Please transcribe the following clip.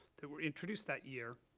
that were introduced that year,